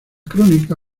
crónica